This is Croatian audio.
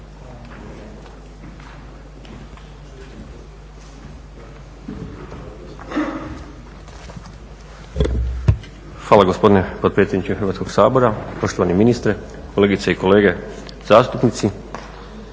Hvala gospodine potpredsjedniče Hrvatskog sabora, poštovani ministre, kolegice i kolege zastupnici.